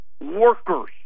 Workers